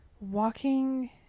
walking